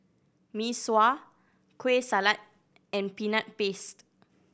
Mee Sua Kueh Salat and Peanut Paste